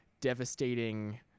devastating